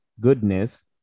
goodness